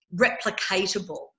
replicatable